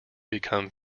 become